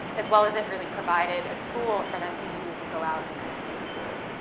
as well as it really provided a tool for them to use, and go out and kind of be a steward.